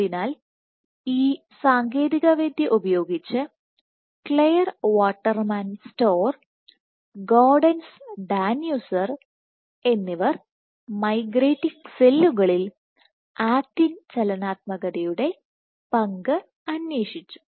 അതിനാൽ ഈ സാങ്കേതികവിദ്യ ഉപയോഗിച്ച് Claire Waterman Storer Gaudenz Danuser എന്നിവർ മൈഗ്രേറ്റിങ് സെല്ലുകളിൽ ആക്റ്റിൻ ചലനാത്മകതയുടെ പങ്ക് അന്വേഷിച്ചു